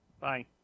Bye